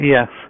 Yes